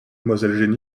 mademoiselle